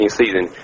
season